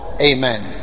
Amen